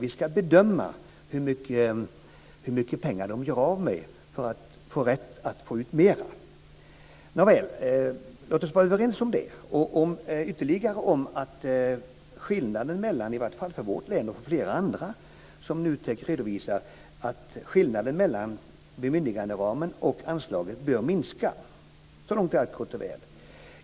Man ska bedöma hur mycket pengar som de gör av med för att de ska ha rätt att få ut mera pengar. Nåväl, låt oss vara överens om det och om att skillnaden mellan - enligt vad Nutek redovisar för vårt län och för flera andra län - bemyndiganderamen och anslaget bör minska. Så långt är allt gott och väl.